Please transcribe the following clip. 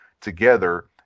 together